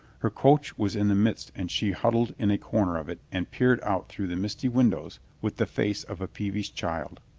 her coach was in the midst and she huddled in a corner of it and peered out through the misty windows with the face of a peevish child.